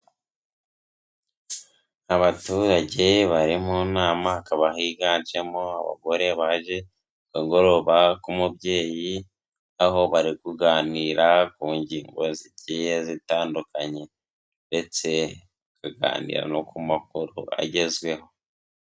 Abaturage bari mu nama, hakaba higanjemo abagore baje mu kagoroba k'umubyeyi, aho bari kuganira ku ngingo zigiye zitandukanye ndetse bakaganira no ku makuru agezweho.